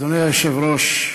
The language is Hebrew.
אדוני היושב-ראש,